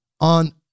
on